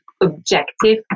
objective